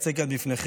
הצעת חוק העונשין (תיקון מס' 149) (הוספת עבירה של גביית דמי חסות),